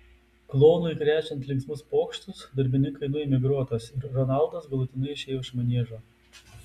klounui krečiant linksmus pokštus darbininkai nuėmė grotas ir ronaldas galutinai išėjo iš maniežo